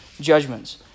judgments